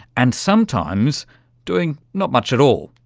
and sometimes doing not much at all,